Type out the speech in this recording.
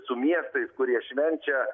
su miestais kurie švenčia